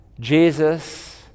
Jesus